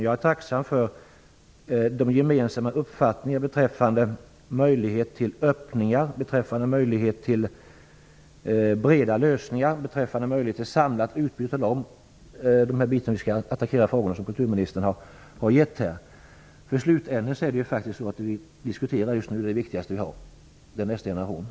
Jag är tacksam för den gemensamma uppfattning vi har beträffande möjlighet till öppningar, breda lösningar och samlat utbyte av erfarenheter när vi skall attackera de frågor som kulturministern nämnt här. I slutändan är det faktiskt så att vi just nu diskuterar det viktigaste vi har, den nästa generationen.